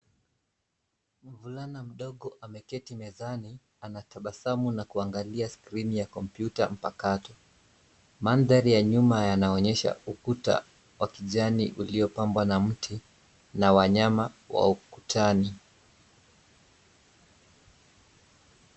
Mvulana mdogo ameketi mezani, anatabasamu na kuangalia skrini ya kompyuta mpakato. Mandhari ya nyuma yanaonyesha ukuta wa kijani uliopambwa na mti na wanyama wa ukutani.